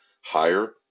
higher